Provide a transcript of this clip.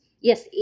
yes